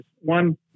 One